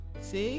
See